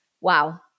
Wow